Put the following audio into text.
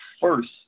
first